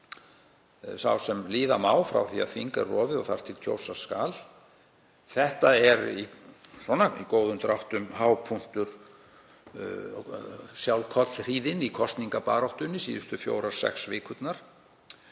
sem líða má frá því að þing er rofið og þar til kjósa skal. Það er svona í grófum dráttum hápunkturinn, sjálf kollhríðin í kosningabaráttunni, síðustu fjórar, sex vikurnar.